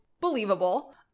believable